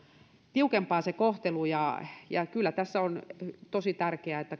tiukempaa se kohtelu kyllä tässä on tosi tärkeää että